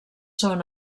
són